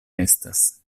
estas